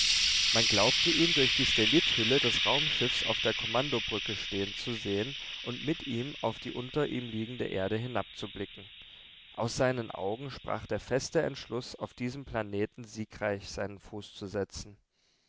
man glaubte ihn durch die stellithülle des raumschiffs auf der kommandobrücke stehend zu sehen und mit ihm auf die unter ihm liegende erde hinabzublicken aus seinen augen sprach der feste entschluß auf diesen planeten siegreich seinen fuß zu setzen